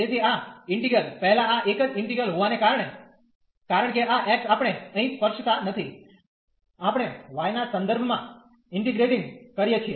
તેથી આ ઈન્ટિગ્રલ પહેલા આ એક જ ઈન્ટિગ્રલ હોવાને કારણે કારણ કે આ x આપણે અહીં સ્પર્શતા નથી આપણે y ના સંદર્ભમાં ઇન્ટીગ્રેટિંગ કરીએ છીએ